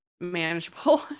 manageable